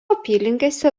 apylinkėse